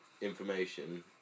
information